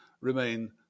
remain